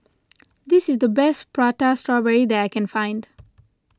this is the best Prata Strawberry that I can find